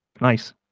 Nice